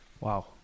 Wow